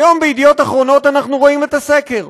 היום בידיעות אחרונות אנחנו רואים את הסקר: